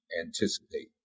anticipate